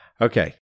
Okay